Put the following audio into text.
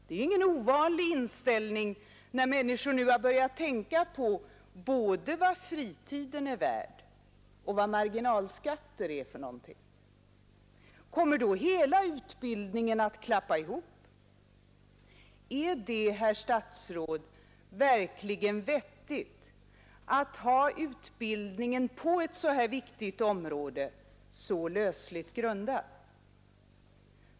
Det är ingen ovanlig inställning när människor nu har börjat tänka på både vad fritiden är värd och vad marginalskatter är för någonting. Kommer då hela utbildningen att klappa ihop? Är det, herr statsråd, verkligen vettigt att ha utbildningen på ett så här viktigt område så lösligt grundad?